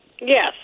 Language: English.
Yes